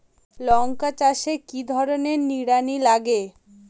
লঙ্কা চাষে কি ধরনের নিড়ানি লাগে?